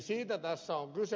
siitä tässä on kyse